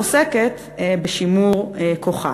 עוסקת בשימור כוחה.